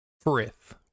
frith